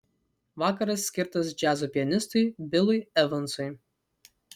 vakaras skirtas džiazo pianistui bilui evansui